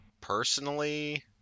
Personally